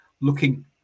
looking